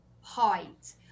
height